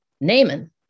Naaman